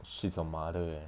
she's your mother eh